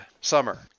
Summer